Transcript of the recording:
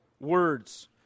words